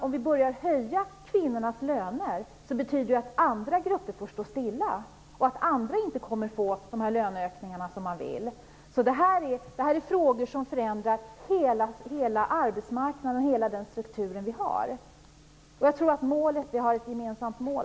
Om vi börjar att höja kvinnornas löner betyder det att andra grupper får stå stilla och att andra inte kommer att få de löneökningar de vill ha. Detta är frågor som förändrar hela arbetsmarknaden och hela den struktur vi har. Jag tror att vi där har ett gemensamt mål.